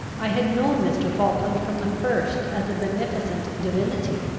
i had known mr. falkland from the first as a beneficent divinity.